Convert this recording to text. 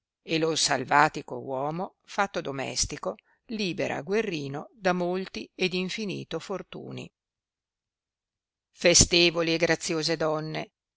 e lo salvatico uomo fatto domestico libera guerrino da molti ed infiniti fortuni festevoli e graziose donne